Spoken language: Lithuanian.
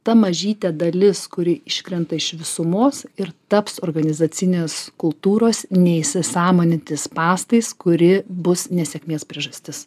ta mažytė dalis kuri iškrenta iš visumos ir taps organizacinės kultūros neįsisąmoninti spąstais kuri bus nesėkmės priežastis